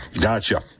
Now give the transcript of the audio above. Gotcha